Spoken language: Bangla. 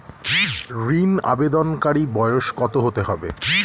ঋন আবেদনকারী বয়স কত হতে হবে?